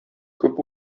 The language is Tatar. күп